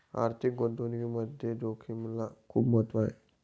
आर्थिक गुंतवणुकीमध्ये जोखिमेला खूप महत्त्व आहे